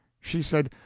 she said,